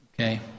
Okay